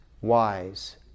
wise